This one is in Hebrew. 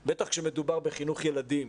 בטח כשמדובר בחינוך ילדים.